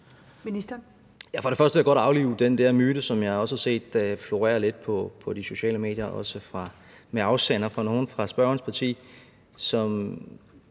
For det første vil jeg godt aflive den myte, som jeg også har set florerer på de sociale medier, med nogle fra spørgerens parti som